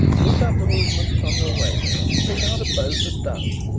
look up the movements on your way there and pick out a boat that does.